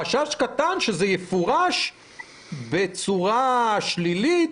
חשש קטן, שזה יפורש בצורה שלילית,